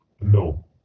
No